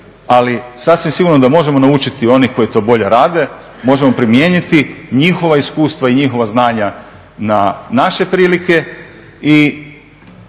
Ali sasvim sigurno da možemo naučiti od onih koji to bolje rade, možemo primijeniti njihova iskustva i njihova znanja na naše prilike.